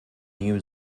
new